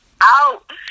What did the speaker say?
out